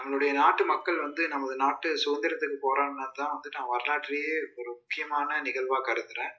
நம்மளுடைய நாட்டு மக்கள் வந்து நமது நாட்டு சுதந்திரத்திற்கு போராடினதுதான் வந்துட்டு வரலாற்றையே ஒரு முக்கியமான நிகழ்வாக கருதுறேன்